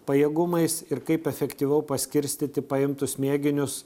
pajėgumais ir kaip efektyviau paskirstyti paimtus mėginius